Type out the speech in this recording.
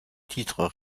titres